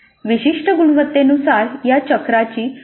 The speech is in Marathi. विशिष्ट गुणवत्तेनुसार या चक्राची पुनरावृत्ती होऊ शकते